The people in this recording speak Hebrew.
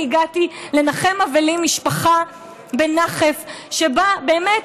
אני הגעתי לנחם אבלים, משפחה בנחף, שבה, באמת,